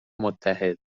متحد